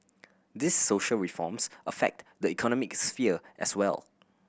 these social reforms affect the economic sphere as well